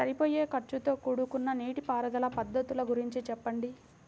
సరిపోయే ఖర్చుతో కూడుకున్న నీటిపారుదల పద్ధతుల గురించి చెప్పండి?